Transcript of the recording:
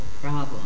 problem